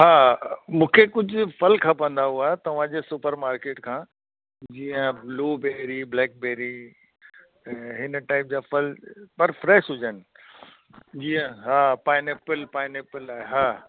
हा मूंखे कुझु फ़ल खपंदा हुआ तव्हांजे सुपर मार्केट खां जीअं ब्लूबेरी ब्लैक बेरी ऐं हिन टाइप जा फ़ल बसि फ़्रेश हुजनि जीअं हा पाइनेपिल पाइनेपिल आहे हा